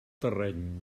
terreny